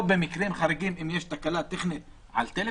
או במקרים חריגים, אם יש תקלה טכנית, על טלפון?